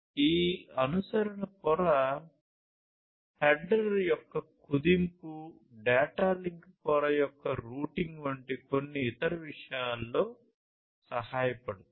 ఈ అనుసరణ పొర హెడర్ యొక్క కుదింపు డేటా లింక్ పొర యొక్క రూటింగ్ వంటి కొన్ని ఇతర విషయాలలో సహాయపడుతుంది